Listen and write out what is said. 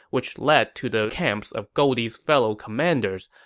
which lead to the camps of goldie's fellow commanders,